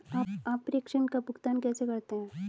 आप प्रेषण का भुगतान कैसे करते हैं?